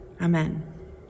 Amen